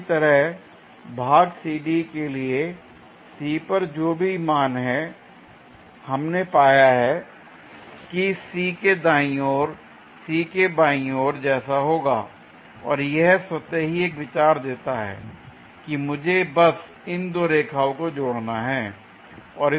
इसी तरह भाग CD के लिए C पर जो भी मान है हमने पाया है कि C के दाईं ओर C के बाईं ओर जैसा होगा और यह स्वतः ही एक विचार देता है कि मुझे बस इन दो रेखाओं को जोड़ना है